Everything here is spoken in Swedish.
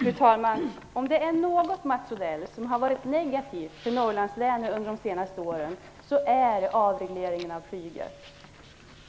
Fru talman! Om det är något som har varit negativt för Norrlandslänen under de senaste åren så är det avregleringen av flyget,